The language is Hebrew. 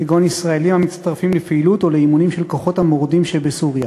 כגון ישראלים המצטרפים לפעילות או לאימונים של כוחות המורדים בסוריה.